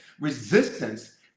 Resistance